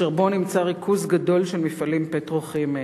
אשר בו נמצא ריכוז גדול של מפעלים פטרוכימיים.